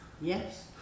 Yes